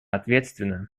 ответственно